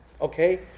Okay